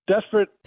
Desperate